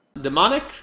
Demonic